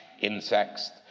insects